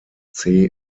finger